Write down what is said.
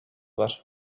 var